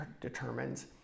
determines